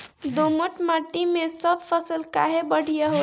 दोमट माटी मै सब फसल काहे बढ़िया होला?